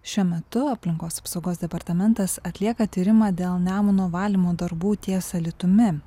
šiuo metu aplinkos apsaugos departamentas atlieka tyrimą dėl nemuno valymo darbų ties alytumi